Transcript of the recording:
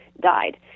died